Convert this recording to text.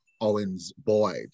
Owens-Boyd